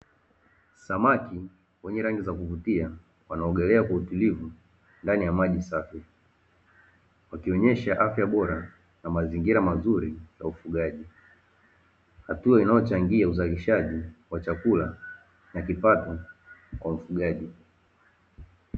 Samaki wenye rangi za kuvutia wanaogelea kwa utulivu ndani ya maji safi, wakionyesha afya bora na mazingira mazuri ya ufugaji, hatua inayochangia uzalishaji wa chakula na kipato kwa mfugaji.